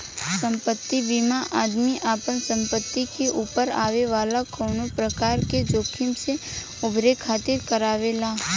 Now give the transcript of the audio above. संपत्ति बीमा आदमी आपना संपत्ति के ऊपर आवे वाला कवनो प्रकार के जोखिम से उभरे खातिर करावेला